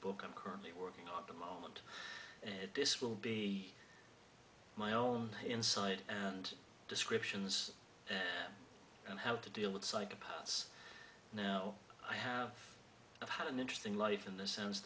book i'm currently working on the moment and this will be my own inside and descriptions and how to deal with psychopaths now i have had an interesting life in the sense